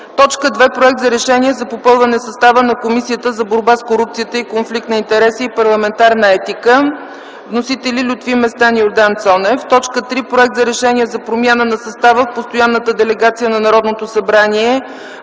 2. Проект за решение за попълване състава на Комисията за борба с корупцията и конфликт на интереси и парламентарна етика. Вносители: Лютви Местан и Йордан Цонев. 3. Проект за решение за промяна на състава на Постоянната делегация на Народното събрание